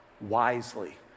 wisely